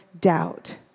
doubt